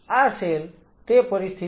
આ સેલ તે પરિસ્થિતિને અનુકુળ થશે નહિ